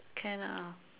can ah